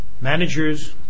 managers